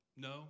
No